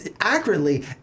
accurately